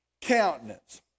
countenance